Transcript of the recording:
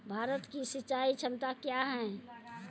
भारत की सिंचाई क्षमता क्या हैं?